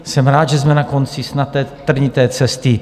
Jsem rád, že jsme na konci snad té trnité cesty.